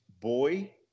boy